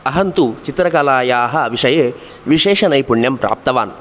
अहं तु चित्रकलायाः विषये विशेषनैपुण्यं प्राप्तवान्